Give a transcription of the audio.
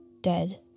dead